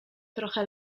trochę